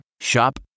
Shop